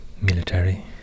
military